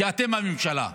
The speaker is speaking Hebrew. כי אתם הממשלה.